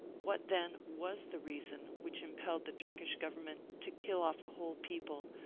what, then, was the reason which impelled the turkish government to kill off a whole people,